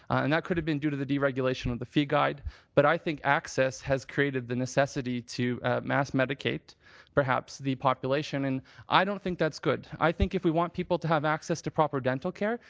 and that could have been due to the deregulation deregulation of the fee guide but i think access has created the necessity to mass medicate perhaps the population and i don't think that's good. i think if we want people to have access to proper dental care,